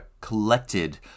collected